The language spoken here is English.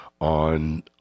On